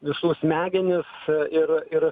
visų smegenis ir ir